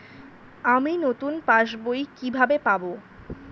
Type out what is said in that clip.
আমি নতুন পাস বই কিভাবে পাব?